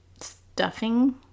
Stuffing